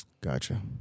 Gotcha